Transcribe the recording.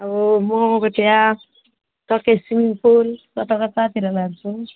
हो म अब त्यहाँ टकेसिङ पुल कता कतातिर लान्छु